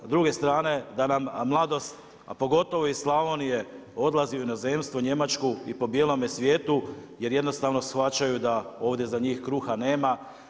S druge strane, da nam mladost, a pogotovo iz Slavonije odlazi u inozemstvo, Njemačku i po bijelome svijetu, jer jednostavno shvaćaju da ovdje za njih kruha nema.